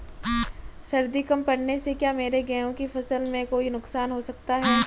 सर्दी कम पड़ने से क्या मेरे गेहूँ की फसल में कोई नुकसान हो सकता है?